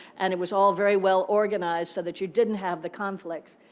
and it was all very well-organized so that you didn't have the conflicts.